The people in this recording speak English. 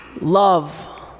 Love